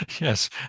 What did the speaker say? yes